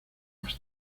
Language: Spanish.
más